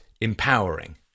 empowering